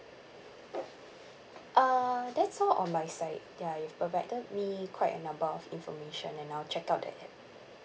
uh that's all on my side ya you've provided me quite a number of information and I'll check out the app